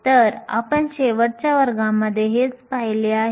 तर आपण शेवटच्या वर्गामध्ये हेच पाहिले आहे